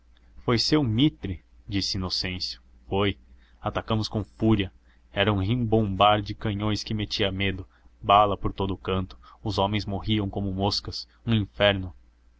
foi seu mitre disse inocêncio foi atacamos com fúria era ribombar de canhões que metia medo bala por todo o canto os homens morriam como moscas um inferno